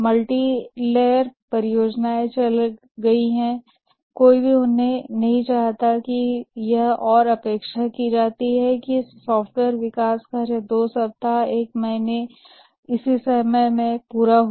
multi-year परियोजनाएं चली गईं कोई भी उन्हें नहीं चाहता है और यह अपेक्षा की जाती है कि एक सॉफ्टवेयर विकास कार्य 2 सप्ताह एक महीने और इसी तरह से पूरा हो